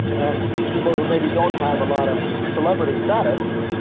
and people who maybe don't have a lot of celebrity status,